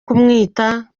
kumwita